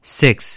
six